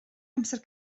amser